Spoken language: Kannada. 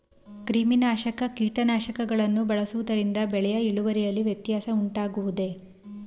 ಕ್ರಿಮಿನಾಶಕ ಕೀಟನಾಶಕಗಳನ್ನು ಬಳಸುವುದರಿಂದ ಬೆಳೆಯ ಇಳುವರಿಯಲ್ಲಿ ವ್ಯತ್ಯಾಸ ಉಂಟಾಗುವುದೇ?